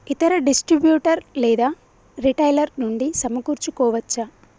ఇతర డిస్ట్రిబ్యూటర్ లేదా రిటైలర్ నుండి సమకూర్చుకోవచ్చా?